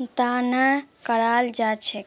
त न कराल जा छेक